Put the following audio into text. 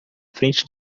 frente